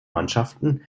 mannschaften